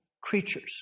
creatures